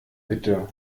bitte